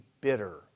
bitter